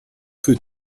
für